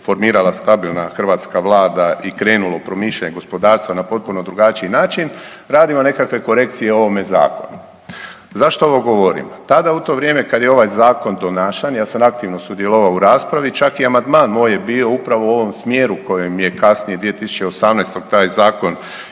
formirala stabilna hrvatska Vlada i krenulo promišljanje gospodarstva na potpuno drugačiji način, radimo nekakve korekcije o ovome Zakonu. Zašto ovo govorim? Tada, u to vrijeme kad je ovaj Zakon donašan, ja sam aktivno sudjelovao u raspravi, čak i amandman moj je bio upravo u ovom smjeru kojem je kasnije, 2018. taj Zakon